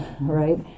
right